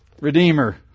Redeemer